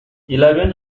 eleven